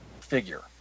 figure